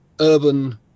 urban